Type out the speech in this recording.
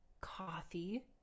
coffee